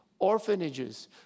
orphanages